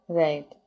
right